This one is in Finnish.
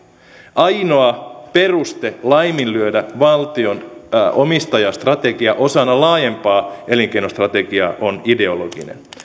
ainoa peruste laiminlyödä valtion omistajastrategia osana laajempaa elinkeinostrategiaa on ideologinen